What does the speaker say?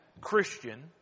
Christian